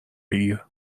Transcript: بگیر